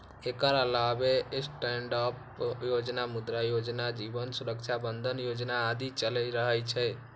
एकर अलावे स्टैंडअप योजना, मुद्रा योजना, जीवन सुरक्षा बंधन योजना आदि चलि रहल छै